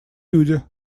люди